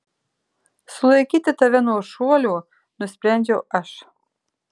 sulaikyti tave nuo šuolio nusprendžiau aš